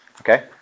Okay